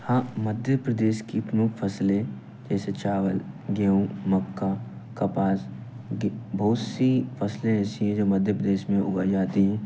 हाँ मध्य प्रदेश की प्रमुख फसलें जैसे चावल गेहूँ मक्का कपास बहुत सी फसलें ऐसी है जो मध्य प्रदेश में उगाई जाती हैं